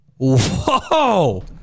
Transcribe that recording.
Whoa